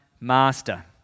master